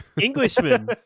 Englishman